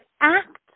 act